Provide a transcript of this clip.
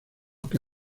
que